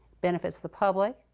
benefits the public,